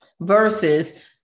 versus